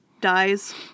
dies